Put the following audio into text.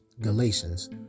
Galatians